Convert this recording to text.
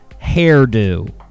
hairdo